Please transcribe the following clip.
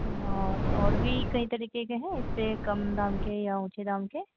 ओ इनमें और तो और भी कई तरीके के हैं इससे कम दाम के या ऊँचे दाम के